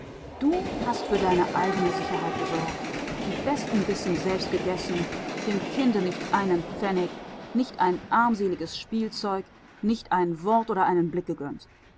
du hast für deine eigene sicherheit gesorgt die besten bissen selbst gegessen dem kinde nicht einen pfennig nicht ein armseliges spielzeug nicht ein wort oder einen blick gegönnt